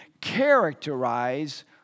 characterize